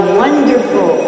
wonderful